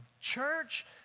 Church